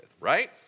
right